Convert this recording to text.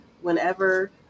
whenever